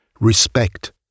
Respect